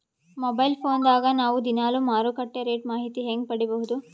Mobile phone ದಾಗ ನಾವು ದಿನಾಲು ಮಾರುಕಟ್ಟೆ ರೇಟ್ ಮಾಹಿತಿ ಹೆಂಗ ಪಡಿಬಹುದು?